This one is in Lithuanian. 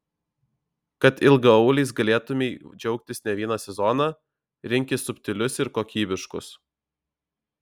kad ilgaauliais galėtumei džiaugtis ne vieną sezoną rinkis subtilius ir kokybiškus